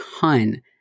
ton